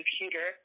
computer